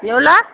எவ்வளோ